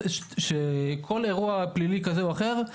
כל אירוע פלילי כזה או אחר,